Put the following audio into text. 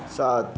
सात